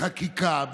בחקיקה,